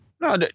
No